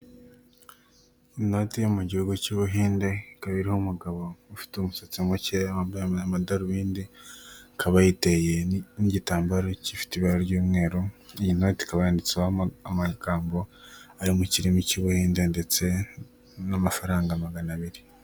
inoti yo mu gihugu cy'ubuhinde ikaba iriho umugabo ufite umusatsi mukeya wambaye amadarubindi akaba yiteye n'igitambaro gifite ibara ry'umweru, iyi noti ikaba yanditseho amagambo ari mu kirimi cy'ubuhinde ndetse n'amafaranga magana abiri.